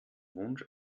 wunsch